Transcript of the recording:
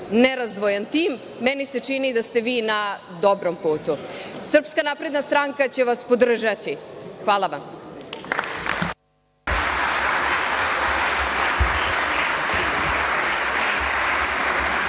nerazdvojan tim. Meni se čini da ste vi na dobrom putu. Srpska napredna stranka će vas podržati. Hvala vam.